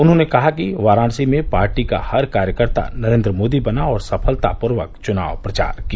उन्होंने कहा कि वाराणसी में पार्टी का हर कार्यकर्ता नरेन्द्र मोदी बना और सफलतापूर्वक चुनाव प्रचार किया